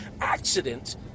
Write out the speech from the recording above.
accident